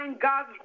God's